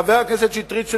חבר הכנסת שטרית,